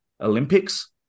Olympics